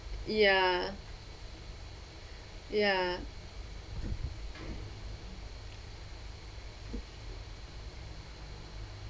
ya ya